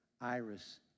iris